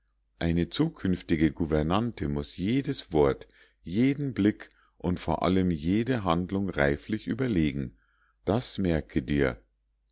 eine zukünftige gouvernante muß jedes wort jeden blick und vor allem jede handlung reiflich überlegen das merke dir